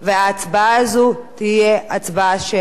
וההצבעה הזאת תהיה הצבעה שמית.